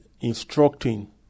instructing